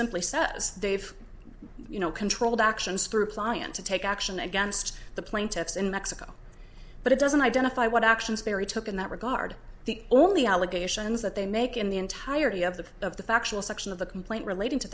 simply says dave you know controlled actions through pliant to take action against the plaintiffs in mexico but it doesn't identify what actions mary took in that regard the only allegations that they make in the entirety of the of the factual section of the complaint relating to